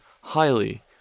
highly